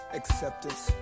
acceptance